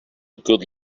good